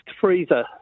freezer